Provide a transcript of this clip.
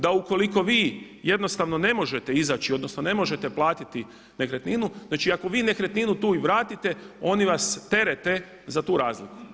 Da ukoliko vi jednostavno ne možete izaći, odnosno ne možete platiti nekretninu, znači ako vi nekretninu tu i vratite oni vas terete za tu razliku.